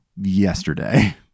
yesterday